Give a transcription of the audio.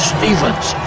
Stevens